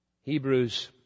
Hebrews